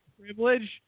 privilege